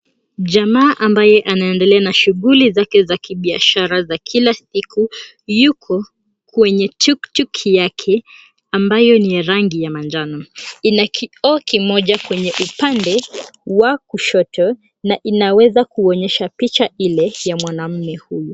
Jamaa ambaye anaendelea na shughuli zake za kibiashara za kila siku yuko kwenye tuktuk yake ambayo ni ya rangi ya manjano. Ina kioo kimoja kwenye upande wa kushoto na inaweza kuonyesha picha ile ya mwanamme huyu.